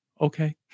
okay